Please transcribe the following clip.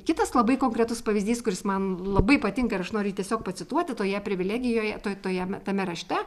kitas labai konkretus pavyzdys kuris man labai patinka ir aš noriu jį tiesiog pacituoti toje privilegijoje toj toje tame rašte